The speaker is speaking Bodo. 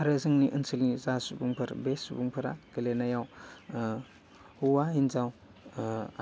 आरो जोंनि ओनसोलनि जा सुबुंफोर बे सुबुंफोरा गेलेनायाव हौवा हिन्जाव